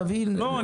תביא --- לא,